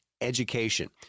education